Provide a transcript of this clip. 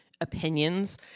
opinions